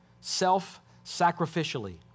self-sacrificially